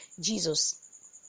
Jesus